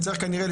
צריך כנראה,